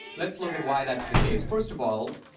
let's look at why that's the case. first of all,